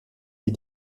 les